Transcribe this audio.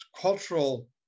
cultural